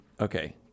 Okay